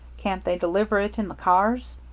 can't they deliver it in the cars?